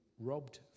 robbed